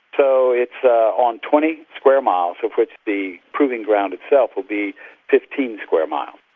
so it's ah on twenty square miles, of which the proving ground itself will be fifteen square miles.